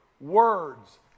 words